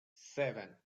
seven